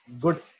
good